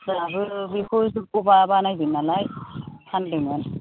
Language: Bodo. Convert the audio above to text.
जोंहाबो बेखौ जोबग'बा बानायदों नालाय फानदोंमोन